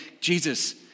Jesus